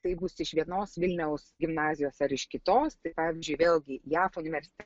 tai bus iš vienos vilniaus gimnazijos ar iš kitos tai pavyzdžiui vėlgi jav universitetam